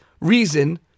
reason